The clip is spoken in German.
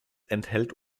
enthält